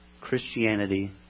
Christianity